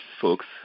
folks